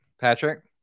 Patrick